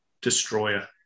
destroyer